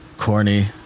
corny